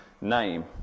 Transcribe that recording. name